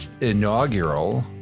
inaugural